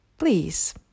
Please